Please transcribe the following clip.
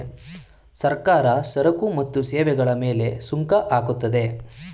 ಸರ್ಕಾರ ಸರಕು ಮತ್ತು ಸೇವೆಗಳ ಮೇಲೆ ಸುಂಕ ಹಾಕುತ್ತದೆ